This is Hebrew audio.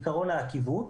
עיקרון העקיבות.